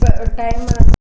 time